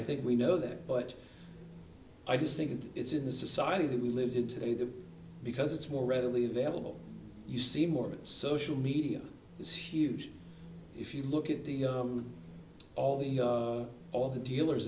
i think we know that but i just think it's in the society that we live in today that because it's more readily available you see more social media is huge if you look at the all the all the dealers